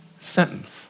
sentence